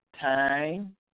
time